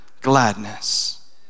gladness